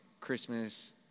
Christmas